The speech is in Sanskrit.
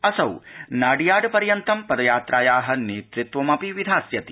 असौ नाडियाड पर्यन्तं पदयात्राया नेतृत्वमपि करिष्यति